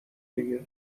دیگه